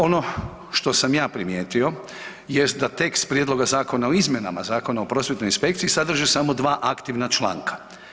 Ono što sam ja primijetio, jest da tekst Prijedloga zakona o izmjenama Zakona o prosvjetnoj inspekciji sadrži samo dva aktivna članka.